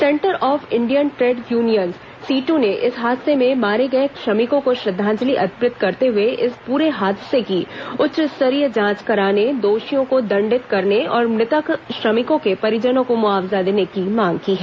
centre of Indian trade unions CITU ने इस हादसे में मारे गए श्रमिकों को श्रद्वांजलि अर्पित करते हुए इस पूरे हादसे की उच्च स्तरीय जांच कराने दोषियों को दण्डित करने और मृतक श्रमिकों के परिजनों को मुआवजा देने की मांग की है